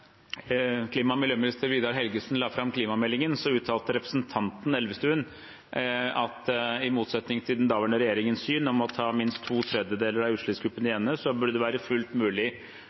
klima- og miljøminister Vidar Helgesen la fram klimameldingen, uttalte representanten Elvestuen at det – i motsetning til den daværende regjeringens syn om å ta minst to tredjedeler av utslippskuttene hjemme – burde være fullt mulig